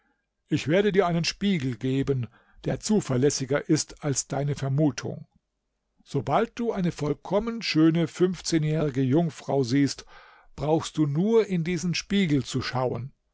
ich werde dir einen spiegel geben der zuverlässiger ist als deine vermutung sobald du eine vollkommen schöne fünfzehnjährige jungfrau siehst brauchst du nur in diesen spiegel zu schauen